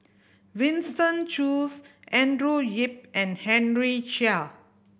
Winston Choos Andrew Yip and Henry Chia